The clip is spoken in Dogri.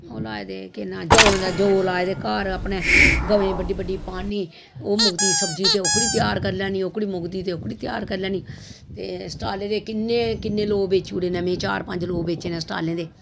ओह् लाए दे केह् नां जौ जौ लाए दे घर अपने गवें ब'ड्डी ब'ड्डी पान्नी ओह् मुकदा सब्जी ते ओह्कड़ी त्यार करी लैन्नी ओह्कड़ी मुकदी ते ओह्कड़ी त्यार करी लैन्नी ते शटाले दे किन्ने किन्ने लोग बेची ओड़े में चार पंज लोग बेच्चे न शटाले दे